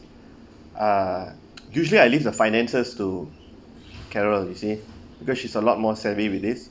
err usually I leave the finances to carol you see because she is a lot more savvy with this